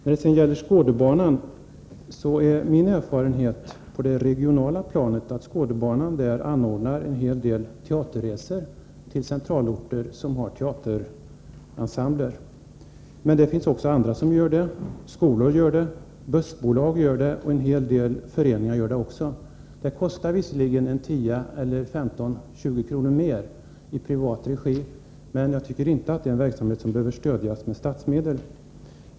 När det gäller Skådebanan är min erfarenhet på det regionala planet att Skådebanan anordnar en hel del teaterresor till centralorter som har teaterensembler. Men det finns det också andra som gör, t.ex. skolor, bussbolag och en hel del föreningar. Det kostar visserligen en tia eller 15 å 20 kr. mer i privat regi, men jag tycker inte att det är en verksamhet som behöver stödjas med statsmedel.